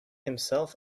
himself